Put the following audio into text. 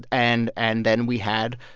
and and then we had,